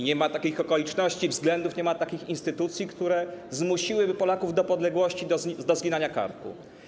Nie ma takich okoliczności, względów, nie ma takich instytucji, które zmusiłyby Polaków do podległości, do zginania karku.